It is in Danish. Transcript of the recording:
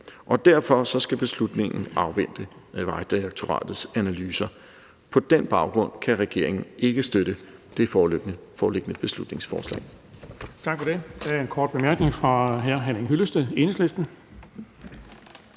derfor skal beslutningen afvente Vejdirektoratets analyser. På den baggrund kan regeringen ikke støtte det foreliggende beslutningsforslag.